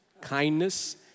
kindness